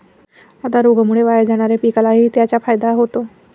आता रोगामुळे वाया जाणाऱ्या पिकालाही त्याचा फायदा होतो